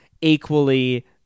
equally